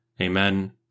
Amen